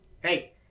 hey